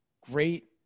great